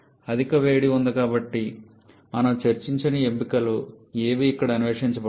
అధిక వేడి ఉంది కానీ మనము చర్చించిన ఎంపికలు ఏవీ ఇక్కడ అన్వేషించబడలేదు